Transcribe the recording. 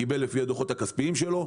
קיבל לפי הדוחות הכספיים שלו,